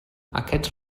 aquests